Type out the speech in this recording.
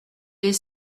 les